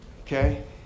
okay